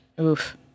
Oof